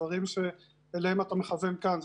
דברים שאליהם אתה מכוון כאן.